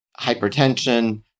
hypertension